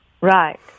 Right